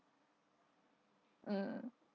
mm